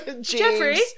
Jeffrey